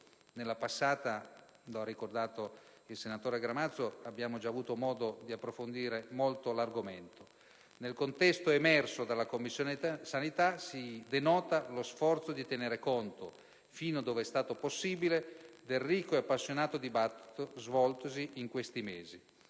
quella passata, come ha ricordato il senatore Gramazio, abbiamo già avuto modo di approfondire molto l'argomento). Nel contesto emerso dalla Commissione sanità si denota lo sforzo di tenere conto, fino dove è stato possibile, del ricco e appassionato dibattito svoltosi in questi mesi,